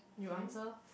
you answer